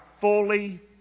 fully